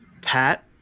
Pat